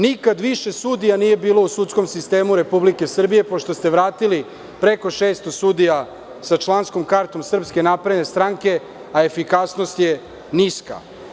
Nikada više sudija nije bilo u sudskom sistemu Republike Srbije pošto ste vratili preko 600 sudija sa članskom kartom SNS, a efikasnost je niska.